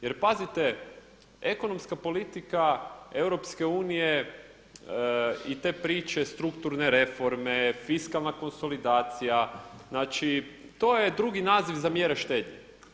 Jer pazite ekonomska politika EU i te priče strukturne reforme, fiskalna konsolidacija znači to je drugi naziv za mjere štednje.